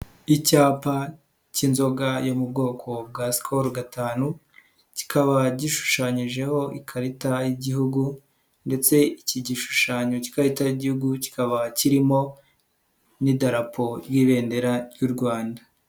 Icyapa cy'inzoga yo mu bwoko bwa skol gatanu, kikaba gishushanyijeho ikarita y'Igihugu ndetse iki gishushanyo cy'ikarita y'Igihugu kikaba kirimo n'idarapo ry'ibendera ry'u Rwanda.